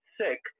sick